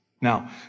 Now